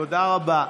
תודה רבה.